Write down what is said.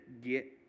get